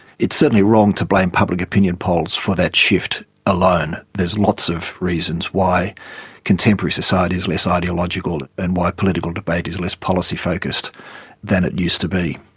it's certainly wrong to blame public opinion polls for that shift alone. there are lots of reasons why contemporary society is less ideological and why political debate is less policy focused than it used to be.